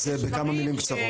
אז בכמה מילים קצרות.